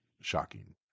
Shocking